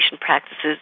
practices